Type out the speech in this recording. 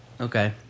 Okay